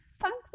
thanks